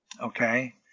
okay